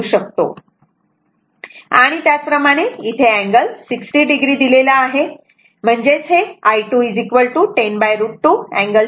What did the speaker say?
आणि त्याचप्रमाणे इथे अँगल 60 o दिलेला आहे म्हणजेच हे i2 10√ 2 angle 60 o असे आहे